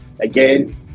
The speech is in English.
Again